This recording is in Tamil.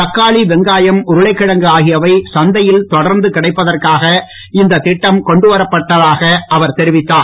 தக்காளி வெங்காயம் உருளைகிழங்கு ஆகியவை சந்தையில் தொடர்ந்து கிடைப்பதற்காக இந்த திட்டம் கொண்டு வரப்படுவதாக அவர் தெரிவித்தார்